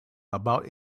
about